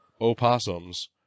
opossums